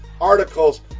articles